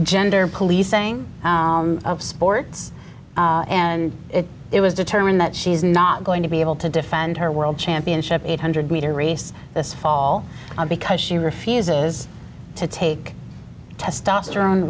gender policing of sports and it was determined that she's not going to be able to defend her world championship eight hundred meter race this fall because she refuses to take testosterone